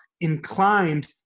inclined